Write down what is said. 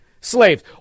slaves